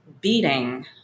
beating